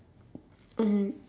mmhmm